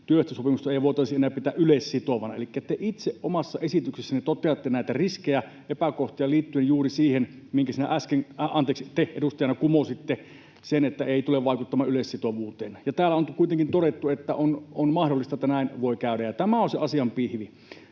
työehtosopimusta ei voitaisi enää pitää yleissitovana. Elikkä te itse omassa esityksessänne toteatte näitä riskejä ja epäkohtia liittyen juuri siihen, minkä te edustajana äsken kumositte, että ei tule vaikuttamaan yleissitovuuteen. Täällä on kuitenkin todettu, että on mahdollista, että näin voi käydä. Tämä on se asian pihvi,